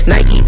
Nike